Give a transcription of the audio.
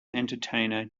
entertainer